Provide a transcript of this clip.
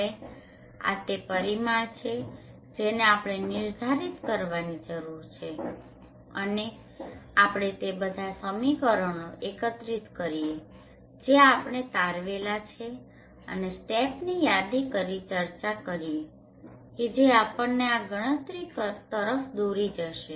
હવે આ તે પરિમાણ છે જેને આપણે નિર્ધારિત કરવાની જરૂર છે અને ચાલો આપણે તે બધાં સમીકરણો એકત્રિત કરીએ જે આપણે તારવેલા છે અને સ્ટેપ્સની યાદી કરીને ચર્ચા કરીએ કે જે આપણને આ ગણતરી તરફ દોરી જશે